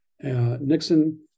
Nixon